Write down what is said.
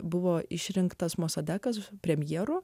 buvo išrinktas masada kad premjeru